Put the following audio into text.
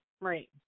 right